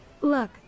Look